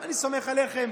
אני סומך עליכם,